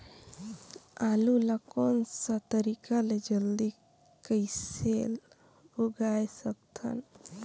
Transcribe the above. आलू ला कोन सा तरीका ले जल्दी कइसे उगाय सकथन?